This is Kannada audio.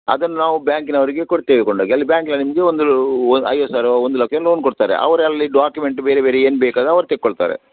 ಅದನ್ನ ನಾವು ಬ್ಯಾಂಕಿನವರಿಗೆ ಕೊಡ್ತೇವೆ ಕೊಂಡೋಗಿ ಅಲ್ಲಿ ಬ್ಯಾಂಕಿನಲ್ಲಿ ನಿಮಗೆ ಒಂದು ಐವತ್ತು ಸಾವಿರವಾ ಒಂದು ಲಕ್ಷ ಲೋನ್ ಕೊಡ್ತಾರೆ ಅವರೇ ಅಲ್ಲಿ ಡಾಕ್ಯುಮೆಂಟ್ ಬೇರೆ ಬೇರೆ ಏನು ಬೇಕು ಅದು ಅವ್ರು ತೆಕ್ಕೊಳ್ತಾರೆ